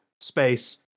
space